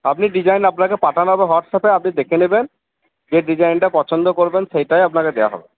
আপনি ডিজাইন আপনাকে পাঠানো হবে হোয়াটসঅ্যাপে আপনি দেখে নেবেন যে ডিজাইনটা পছন্দ করবেন সেটাই আপনাকে দেওয়া হবে